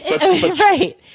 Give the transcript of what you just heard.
Right